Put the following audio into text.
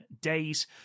days